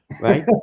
right